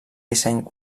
disseny